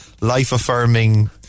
life-affirming